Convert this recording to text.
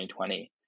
2020